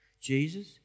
Jesus